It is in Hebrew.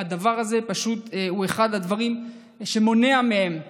והדבר הזה הוא פשוט אחד הדברים שמונע מהם להגיע.